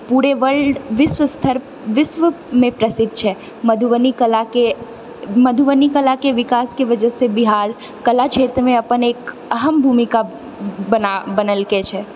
पुरे वर्ल्ड विश्व स्तर विश्वमे प्रसिद्ध छै मधुबनी कलाके मधुबनी कलाके विकासके वजहसँ बिहार कला क्षेत्रमे अपन एक अहम भूमिका बना बनेलकै छै